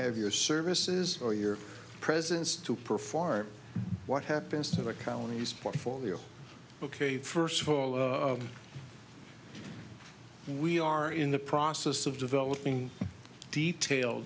have your services or your presence to perform what happens to the county's portfolio ok first of all we are in the process of developing detail